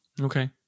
Okay